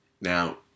Now